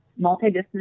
multidisciplinary